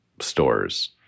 stores